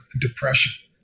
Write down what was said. depression